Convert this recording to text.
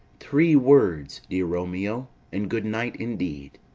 three words, dear romeo, and good night indeed.